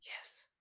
Yes